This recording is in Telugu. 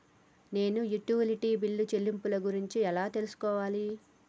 నేను యుటిలిటీ బిల్లు చెల్లింపులను గురించి ఎలా తెలుసుకోవాలి?